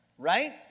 right